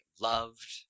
loved